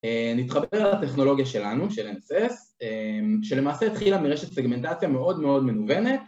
נתחבר על הטכנולוגיה שלנו, של NSS שלמעשה התחילה מרשת סגמנטציה מאוד מאוד מנוונת